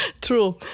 True